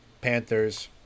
Panthers